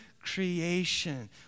creation